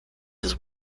his